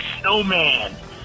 snowman